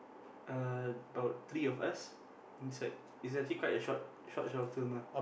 about three of us inside it's actually quite a short short film lah